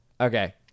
Okay